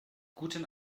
guten